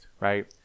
right